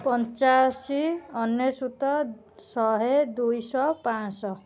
ପଞ୍ଚାଅଶୀ ଅନେଶ୍ୱତ ଶହେ ଦୁଇଶହ ପାଞ୍ଚଶହ